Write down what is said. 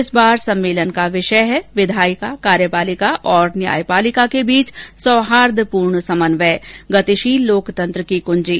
इस बार सम्मेलन का विष है विघायिका कार्यपालिका और न्यायपालिका के बीच सौहार्द्रपूर्ण समन्वय गतिशील लोकतंत्र की कुंजी